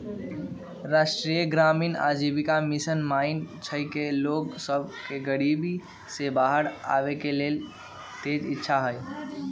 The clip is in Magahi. राष्ट्रीय ग्रामीण आजीविका मिशन मानइ छइ कि लोग सभ में गरीबी से बाहर आबेके तेज इच्छा हइ